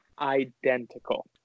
identical